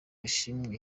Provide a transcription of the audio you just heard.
ashimwe